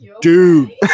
dude